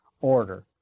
order